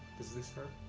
does this hurt?